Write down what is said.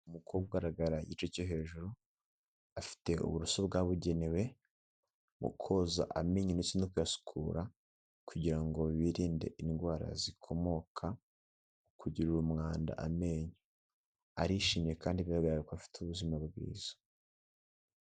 Umukobwa ugaragara igice cyo hejuru afite uburoso bwabugenewe mu koza amenyo ndetse no kuyasukura kugira ngo birinde indwara zikomoka ku kugirira umwanda amenyo, arishimye kandi bigaragara ko afite ubuzima bwiza.